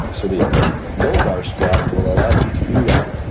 so the low bar squat will allow you to do that.